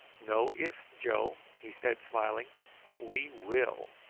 no ifs, joe, he said smiling we will!